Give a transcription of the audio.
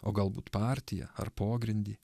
o galbūt partiją ar pogrindį